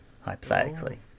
hypothetically